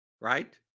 right